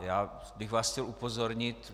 Já bych vás chtěl upozornit,